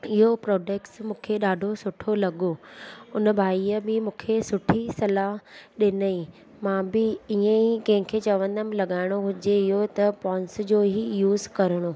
इहो प्रोडक्ट्स मूंखे ॾाढो सुठो लॻो उन भाई बि मूंखे सुठी सलाहु ॾिनई मां बि ईअं ई कंहिंखे चवंदमि लॻाइणो हुजे इहो त पोंड्स जो ई यूज़ करणो